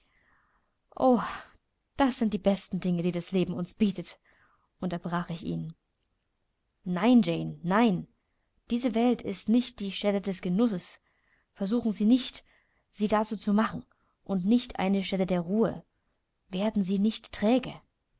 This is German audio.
das sind die besten dinge die das leben uns bietet unterbrach ich ihn nein jane nein diese welt ist nicht die stätte des genusses versuchen sie nicht sie dazu zu machen auch nicht eine stätte der ruhe werden sie nicht träge